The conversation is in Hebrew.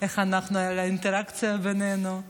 את האינטראקציה בינינו.